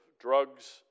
drugs